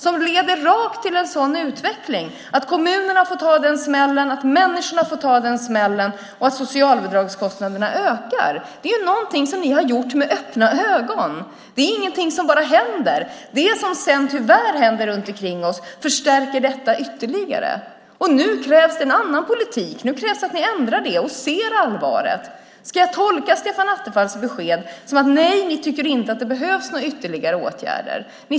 Det leder rakt till en utveckling där kommunerna får ta smällen, människorna får ta smällen och socialbidragskostnaderna ökar. Det är något ni har gjort med öppna ögon. Det är inget som bara händer. Det som sedan tyvärr händer runt omkring oss förstärker detta ytterligare. Nu krävs det en annan politik. Nu krävs det att ni ändrar det och ser allvaret. Ska jag tolka Stefan Attefalls besked som att ni inte tycker att det behövs ytterligare åtgärder?